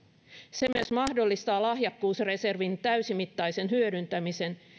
se myös mahdollistaa lahjakkuusreservin täysimittaisen hyödyntämisen